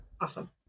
awesome